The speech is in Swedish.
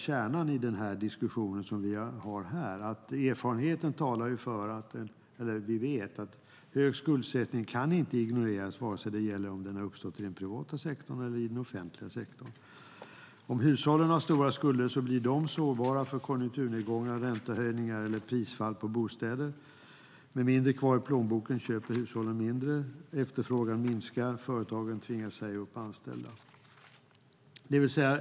Kärnan i vår diskussion är att erfarenheten talar för att hög skuldsättning inte kan ignoreras oavsett om den har uppstått i den privata sektorn eller i den offentliga sektorn. Om hushållen har stora skulder blir de sårbara för konjunkturnedgångar, räntehöjningar eller prisfall på bostäder. Med mindre kvar i plånboken köper hushållen mindre, efterfrågan minskar och företagen tvingas säga upp anställda.